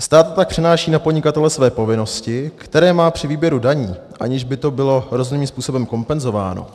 Stát tak přenáší na podnikatele své povinnosti, které má při výběru daní, aniž by to bylo rozumným způsobem kompenzováno.